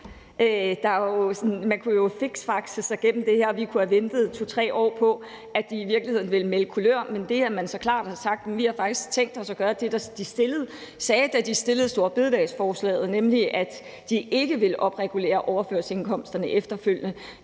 Man kunne jo fiksfakse sig igennem det her, og vi kunne have ventet 2-3 år på, at de ville melde kulør, men det, at de så klart har sagt, at de faktisk har tænkt sig at gøre det, de sagde, da de fremsatte storebededagsforslaget, nemlig at de ikke ville opregulere overførselsindkomsterne efterfølgende,